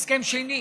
הסכם שני.